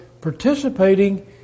participating